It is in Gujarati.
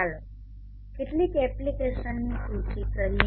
ચાલો કેટલીક એપ્લીકેશનોની સૂચિ કરીએ